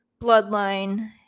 bloodline